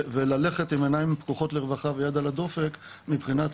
וללכת עם עיניים פקוחות לרווחה ויד על הדופק מבחינת